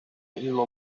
إلا